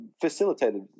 facilitated